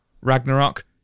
Ragnarok